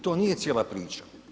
To nije cijela priča.